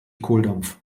kohldampf